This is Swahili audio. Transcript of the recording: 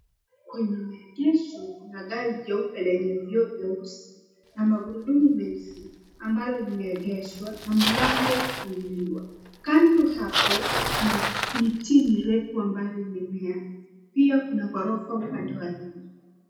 Kwenye maegesho kuna gari jeupe lenye vioo vyeusi na magurudumu meusi ambalo limeegeshwa na mlango umefunguliwa. Kando hapo kuna miti mirefu amabyo imemea, pia kuna ghorofa upande wa nyuma.